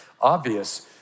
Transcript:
obvious